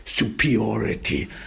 superiority